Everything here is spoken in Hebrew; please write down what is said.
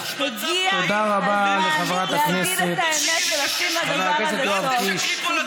הגיע הזמן להגיד את האמת ולשים לדבר הזה סוף.